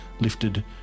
lifted